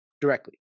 directly